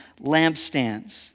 lampstands